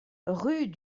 rue